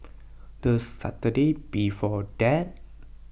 the Saturday before that